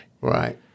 Right